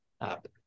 app